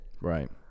Right